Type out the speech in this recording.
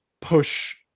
push